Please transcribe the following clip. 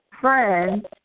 friends